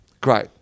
great